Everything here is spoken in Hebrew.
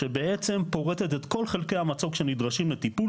שבעצם פורטת את כל חלקי המצוק שנדרשים לטיפול,